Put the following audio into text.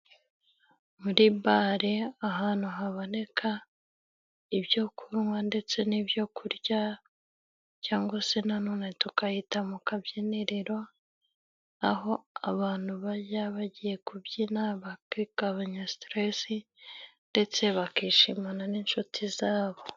Muri bare ahantu haboneka ibyo kunywa ndetse n'ibyo kurya, cyangwa se na none tukahita mu kabyiniro, aho abantu bajya bagiye kubyina ba bakagabanya siteresi ndetse bakishimana n'inshuti zabo.